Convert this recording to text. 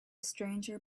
stranger